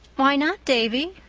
why not, davy?